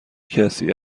کسی